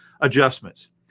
adjustments